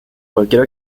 cualquier